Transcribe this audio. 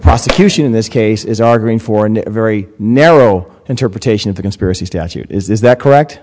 prosecution in this case is arguing for a new very narrow interpretation of the conspiracy statute is that correct